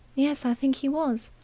yes. i think he was.